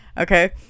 Okay